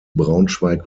braunschweig